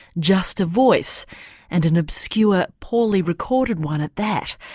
just a voice and an obscure, poorly recorded one at that.